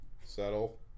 Settle